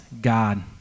God